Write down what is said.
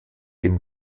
dem